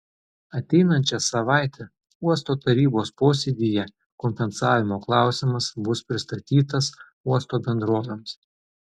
ateinančią savaitę uosto tarybos posėdyje kompensavimo klausimas bus pristatytas uosto bendrovėms